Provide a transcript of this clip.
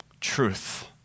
Truth